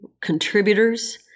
contributors